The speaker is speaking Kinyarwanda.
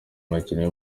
umukinnyi